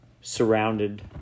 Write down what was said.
surrounded